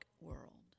world